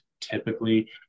typically